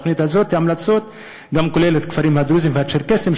בתוכנית הזאת ההמלצות כוללות את הכפרים הדרוזיים והצ'רקסיים,